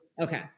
Okay